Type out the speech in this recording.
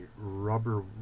rubber